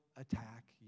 attack